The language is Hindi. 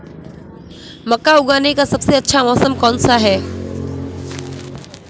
मक्का उगाने का सबसे अच्छा मौसम कौनसा है?